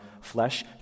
flesh